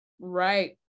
Right